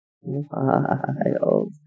wild